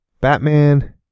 Batman